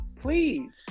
Please